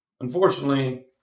Unfortunately